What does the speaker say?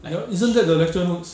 ya isn't that the lecture notes